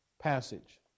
passage